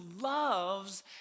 loves